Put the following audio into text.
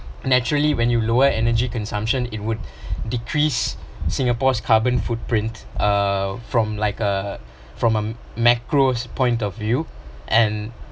naturally when you lower energy consumption it would decrease singapore's carbon footprint uh from like uh from a macros point of view and